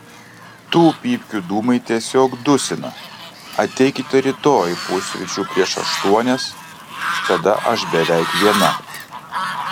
tų pypkių dūmai tiesiog dusina ateikite rytoj pusryčių prieš aštuonias tada aš beveik viena